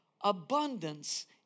abundance